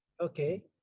Okay